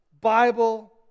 Bible